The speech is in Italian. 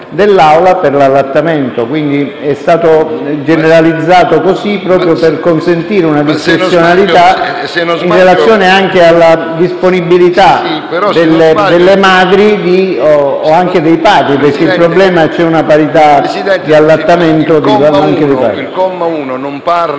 Presidente, il comma 1 non parla